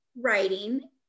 writing